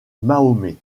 mahomet